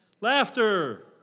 Laughter